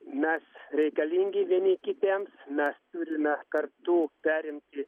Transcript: mes reikalingi vieni kitiems mes turime kartu perimti